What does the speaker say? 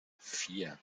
vier